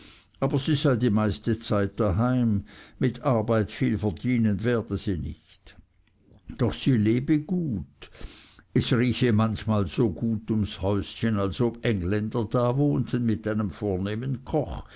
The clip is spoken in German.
aber sie sei die meiste zeit daheim mit arbeit viel verdienen werde sie nicht doch lebe sie gut es rieche manchmal so gut ums häuschen als ob engländer da wohnten mit einem vornehmen koch